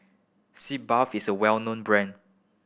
Sitz Bath is a well known brand